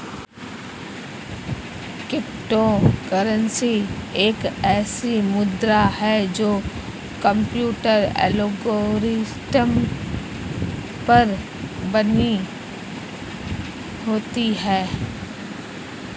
crypto currency एक ऐसी मुद्रा है जो कंप्यूटर एल्गोरिदम पर बनी होती है